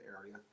area